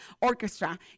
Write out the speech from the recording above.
orchestra